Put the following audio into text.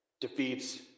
defeats